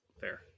Fair